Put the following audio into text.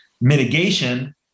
mitigation